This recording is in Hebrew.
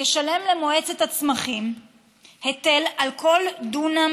ישלם למועצת הצמחים היטל על כל דונם